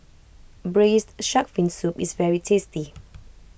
Braised Shark Fin Soup is very tasty